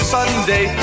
Sunday